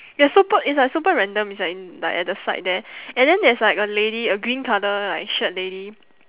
ya super it's like super random it's like in like at the side there and then there's like a lady a green colour like shirt lady